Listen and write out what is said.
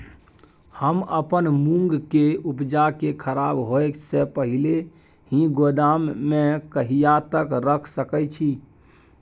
हम अपन मूंग के उपजा के खराब होय से पहिले ही गोदाम में कहिया तक रख सके छी?